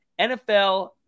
NFL